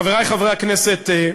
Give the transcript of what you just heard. חברי חברי הכנסת,